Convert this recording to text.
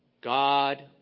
God